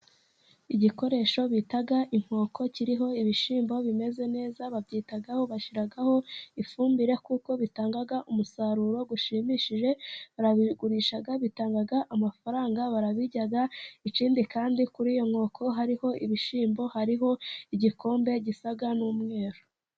Igikoresho bita inkoko kiriho ibishyimbo bimeze neza, babyitaho, bashyiraho ifumbire kuko bitangaga umusaruro ushimishije, barabigurisha bitanga amafaranga, barabiryaga ikindi kandi kuri iyo nkoko hariho ibishyimbo, hariho igikombe gisaga n'umweru.